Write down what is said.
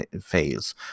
phase